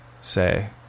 say